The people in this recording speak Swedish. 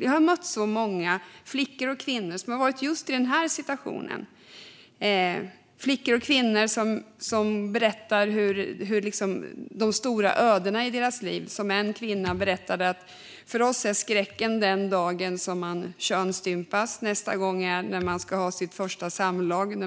Jag har mött så många flickor och kvinnor som har varit i just den här situationen och som har berättat om de stora ödena i sitt liv. En kvinna berättade att en skräck är den dag som man könsstympas. Nästa gång är när